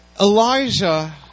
Elijah